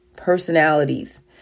Personalities